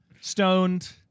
stoned